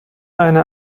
eine